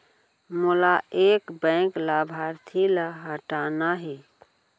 मोला एक बैंक लाभार्थी ल हटाना हे?